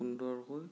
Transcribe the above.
সুন্দৰকৈ